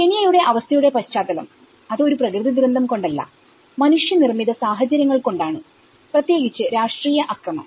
കെനിയയുടെ അവസ്ഥയുടെ പശ്ചാത്തലം അത് ഒരു പ്രകൃതി ദുരന്തം കൊണ്ടല്ല മനുഷ്യ നിർമ്മിത സാഹചര്യങ്ങൾ കൊണ്ടാണ് പ്രത്യേകിച്ച് രാഷ്ട്രീയ അക്രമം